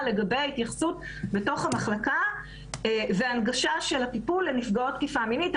לגבי ההתייחסות בתוך המחלקה והנגשה של הטיפול לנפגעות תקיפה מינית.